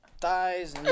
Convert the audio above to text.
thighs